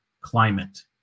climate